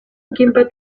paté